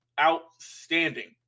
outstanding